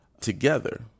together